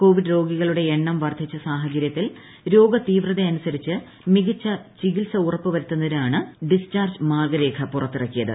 Covid രോഗികളുടെ എണ്ണം വർധിച്ച സാഹചര്യത്തിൽ രോഗ തീവ്രതയനുസരിച്ച് മികച്ച ചികിത്സ ഉറപ്പു വരുത്തുന്നതിനാണ് ഡിസ്ചാർജ് മാർഗ്ഗരേഖ പുതുക്കിയത്